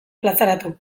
plazaratu